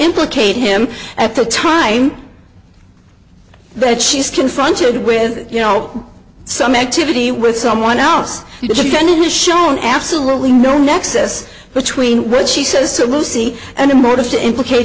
implicate him at the time that she's confronted with you know some activity with someone else then it is shown absolutely no nexus between when she says so lucy and murders to implicate